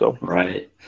Right